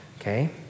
Okay